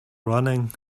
running